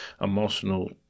emotional